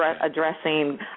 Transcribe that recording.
addressing